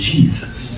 Jesus